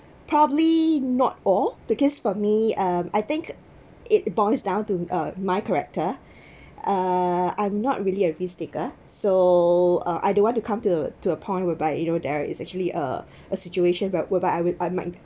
probably not all because for me uh I think it boils down to uh my character uh I'm not really a risk taker so uh I don't want to come to to a point whereby you know there is actually a a situation whereby I will I might